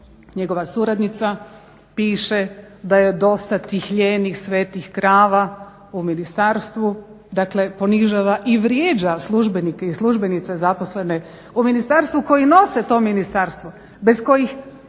njegova suradnica piše da joj je dosta tih lijenih, svetih krava u ministarstvu, dakle ponižava i vrijeđa službenice i službenike zaposlene u ministarstvu koji nose to ministarstvo, bez kojih